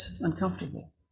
uncomfortable